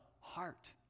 heart